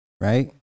Right